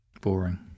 boring